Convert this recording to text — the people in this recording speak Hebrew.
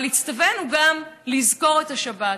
אבל הצטווינו גם לזכור את השבת,